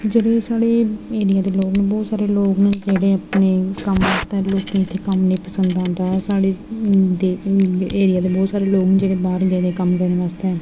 जेह्ड़े साढ़े एरिया दे लोग न बहोत सारे लोग न जेह्ड़े अपने कम्म ते लोकें दा कम्म निं पसन्द आंदा साढ़े एरिया दे बहोत सारे लोग न जेह्ड़े बाह्र गेदे न कम्म करन बास्तै